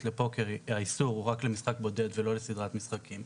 לפוקר האיסור הוא רק למשחק בודד ולא לסדרת משחקים,